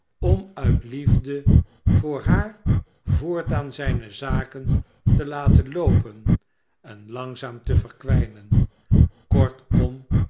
om uit liefde voor haar voortaan zijne zaken te laten loopen en langzaam te verkwijnen kortom